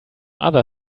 other